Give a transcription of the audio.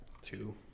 two